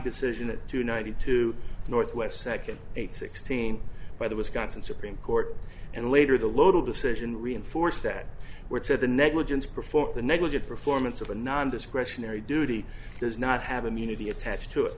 decision at two ninety two northwest second eight sixteen by the wisconsin supreme court and later the little decision reinforced that were to the negligence before the negligent performance of the non discretionary duty does not have immunity attached to it